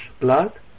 blood